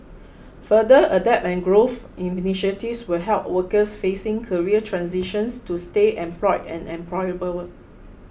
further Adapt and Growth initiatives will help workers facing career transitions to stay employed and employable